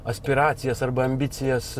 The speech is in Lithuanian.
aspiracijas arba ambicijas